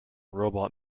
robot